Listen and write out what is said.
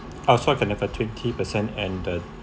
oh so I can have a twenty percent and the